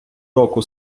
року